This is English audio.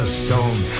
stone